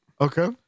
Okay